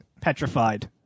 petrified